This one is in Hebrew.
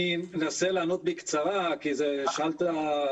אני כבר אומר שהשאלות שנשאלו הן שאלות מצוינות.